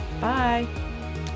Bye